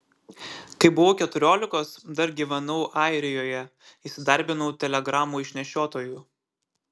kai buvau keturiolikos dar gyvenau airijoje įsidarbinau telegramų išnešiotoju